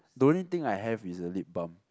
don't think I have is a lip balm